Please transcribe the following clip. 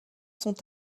sont